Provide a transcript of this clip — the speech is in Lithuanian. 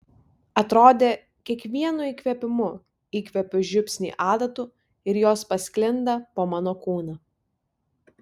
atrodė kiekvienu įkvėpimu įkvepiu žiupsnį adatų ir jos pasklinda po mano kūną